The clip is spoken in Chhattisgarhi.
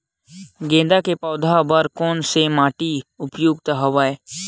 गेंदा के पौधा बर कोन से माटी उपयुक्त हवय?